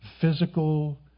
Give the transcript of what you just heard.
physical